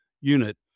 unit